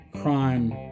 crime